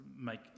make